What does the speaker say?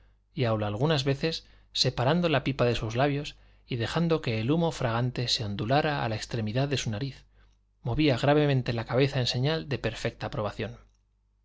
y aun algunas veces separando la pipa de sus labios y dejando que el humo fragante se ondulara a la extremidad de su nariz movía gravemente la cabeza en señal de perfecta aprobación